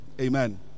Amen